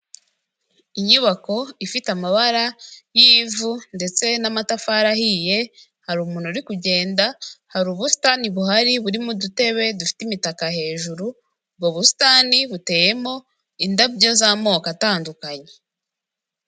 Inyubako ifite amabara y'ivu ndetse n'amatafari ahiye, hari umuntu uri kugenda, hari ubusitani buhari burimo udutebe dufite imitaka hejuru, ubwo busitani buteyemo indabyo z'amoko atandukanye.